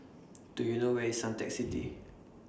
Do YOU know Where IS Suntec City